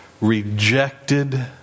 rejected